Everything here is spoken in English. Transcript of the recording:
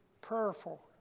prayerful